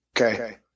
Okay